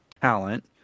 talent